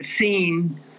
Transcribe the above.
seen